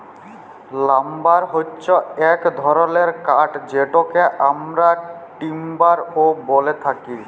lumber হচ্যে এক ধরলের কাঠ যেটকে আমরা টিম্বার ও ব্যলে থাকি